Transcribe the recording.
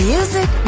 Music